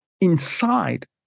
inside